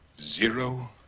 Zero